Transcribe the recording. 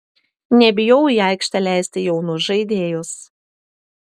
nebijau į aikštę leisti jaunus žaidėjus